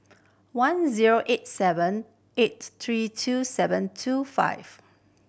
one zero eight seven eight three two seven two five